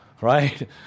right